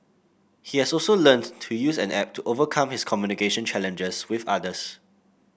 he has also learnt to use an app to overcome his communication challenges with others